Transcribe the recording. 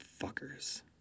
fuckers